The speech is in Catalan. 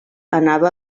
anava